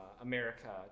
America